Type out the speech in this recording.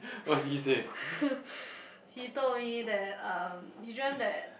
he told me that um he dreamt that